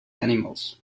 animals